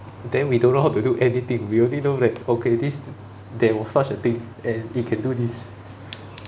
then we don't know how to do anything we only know that okay this there was such a thing and you can do this